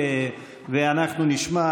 לנו.